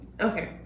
Okay